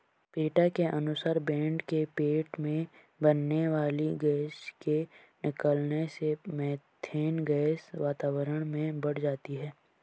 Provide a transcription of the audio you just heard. PETA के अनुसार भेंड़ के पेट में बनने वाली गैस के निकलने से मिथेन गैस वातावरण में बढ़ जाती है